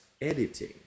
editing